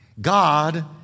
God